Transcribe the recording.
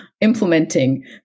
implementing